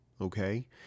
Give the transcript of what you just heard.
okay